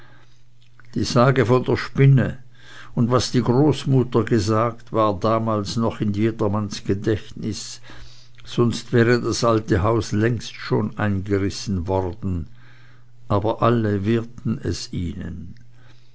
die sage von der spinne und was die großmutter gesagt war damals noch in jedermanns gedächtnis sonst wäre das alte haus längst schon eingerissen worden aber alle wehrten es ihnen